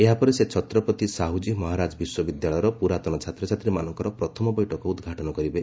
ଏହାପରେ ସେ ଛତ୍ରପତି ସାହୁଜୀ ମହାରାଜ ବିଶ୍ୱବିଦ୍ୟାଳୟର ପ୍ରରାତନ ଛାତ୍ରଛାତ୍ରୀମାନଙ୍କର ପ୍ରଥମ ବୈଠକ ଉଦ୍ଘାଟନ କରିବେ